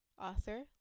author